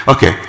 Okay